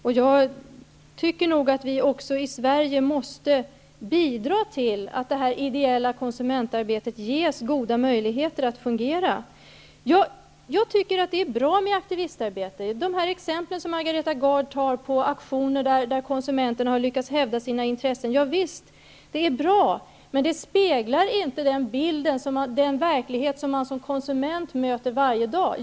Jag tycker nog att vi också i Sverige måste bidra till att det ideella konsumentarbetet ges goda möjligheter att fungera. Jag tycker att det är bra med aktivistarbete. De exempel som Margareta Gard gav på aktioner där konsumenterna har lyckats hävda sina intressen är bra, men de speglar inte den verklighet som man som konsument möter varje dag.